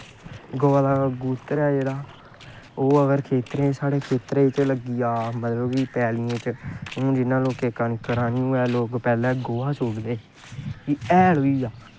गवा दा गुत्तर ऐ जेह्ड़ा ओह् अगर साढ़े खेत्तर च लग्गी जा मतलब पैलियें च हून जि'यां लोकें कंनक र्हानी ऐ पैह्लें लोग गोहा सुटदे हैल होइया